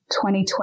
2020